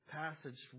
passage